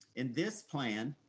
in this plan,